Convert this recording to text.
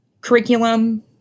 curriculum